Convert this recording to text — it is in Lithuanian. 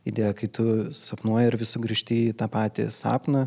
idėją kai tu sapnuoji ir vis sugrįžti į tą patį sapną